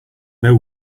know